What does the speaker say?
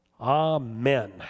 Amen